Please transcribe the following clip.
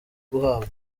guhabwa